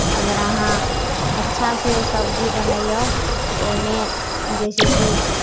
अगर अहाँ अच्छासँ सब्जी बनैऔ तऽ ओहिमे जैसेकि